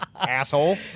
asshole